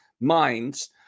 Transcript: minds